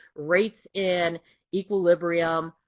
rates in equilibrium,